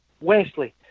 Wesley